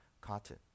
Cotton